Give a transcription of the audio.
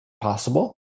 possible